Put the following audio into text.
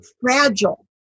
fragile